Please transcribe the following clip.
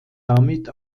damit